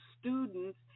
students